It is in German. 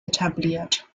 etabliert